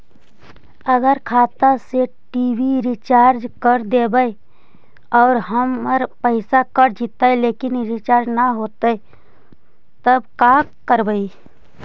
अगर खाता से टी.वी रिचार्ज कर देबै और हमर पैसा कट जितै लेकिन रिचार्ज न होतै तब का करबइ?